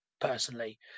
personally